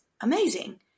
amazing